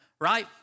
right